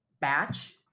batch